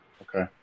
Okay